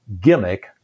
gimmick